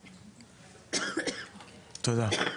תודה.